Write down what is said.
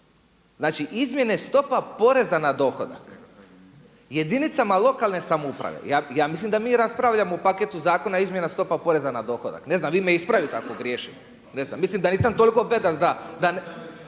Znači izmjene stopa poreza na dohodak jedinica lokalne samouprave, ja mislim da mi raspravljamo o paketu zakona izmjena stopa poreza na dohodak, ne znam, vi me ispravite ako griješim. Mislim da nisam toliko bedast